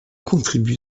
contribue